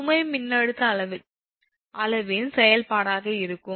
சுமை மின்னழுத்த அளவின் செயல்பாடாக இருக்கும்